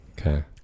Okay